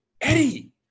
Eddie